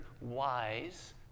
wise